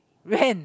when